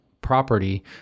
property